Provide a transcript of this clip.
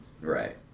Right